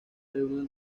reunión